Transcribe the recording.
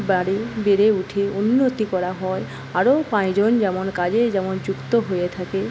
বাড়ে বেড়ে উঠে উন্নতি করা হয় আরও পাঁচজন যেমন কাজে যেমন যুক্ত হয়ে থাকে